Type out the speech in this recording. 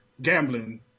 gambling